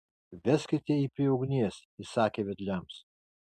veskite jį prie ugnies įsakė vedliams